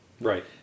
Right